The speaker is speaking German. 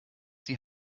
die